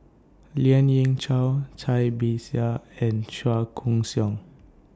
Lien Ying Chow Cai Bixia and Chua Koon Siong